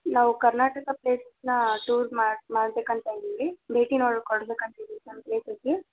ನಾವು ಕರ್ನಾಟಕ ಪ್ಲೇಸಸ್ನ ಟೂರ್ ಮಾಡಿ ಮಾಡಬೇಕಂತ ಇದ್ದೀವಿ ಭೇಟಿನ ಕೊಡ್ಬೇಕಂತ ಇದ್ದೀವಿ ಸಮ್ ಪ್ಲೇಸಸ್ಗೆ